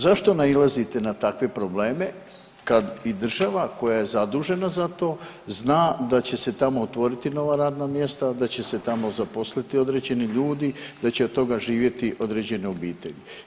Zašto nailazite na takve probleme kad i država koja je zadužena za to zna da će se tamo otvoriti nova radna mjesta, da će se tamo zaposliti određeni ljudi, da će od toga živjeti određene obitelji?